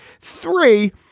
Three